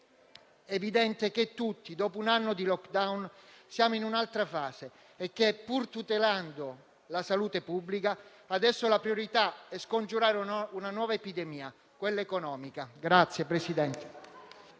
È evidente ormai che tutti dopo un anno di *lockdown* siamo in un'altra fase e, pur tutelando la salute pubblica, adesso la priorità è scongiurare una nuova epidemia, quella economica.